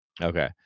Okay